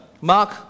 Mark